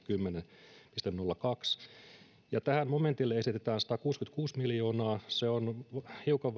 kymmenen nolla kaksi tälle momentille esitetään satakuusikymmentäkuusi miljoonaa se on hiukan